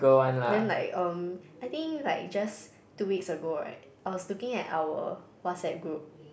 then like um I think like just two weeks ago right I was looking at our WhatsApp group